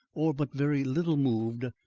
or but very little moved,